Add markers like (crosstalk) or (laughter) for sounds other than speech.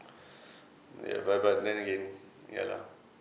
(breath) ya but but then again ya lah